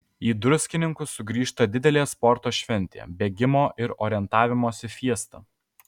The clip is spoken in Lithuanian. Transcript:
į druskininkus sugrįžta didelė sporto šventė bėgimo ir orientavimosi fiesta